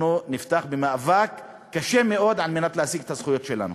אנחנו נפתח במאבק קשה מאוד על מנת להשיג את הזכויות שלנו.